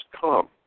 come